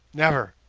never!